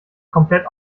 komplett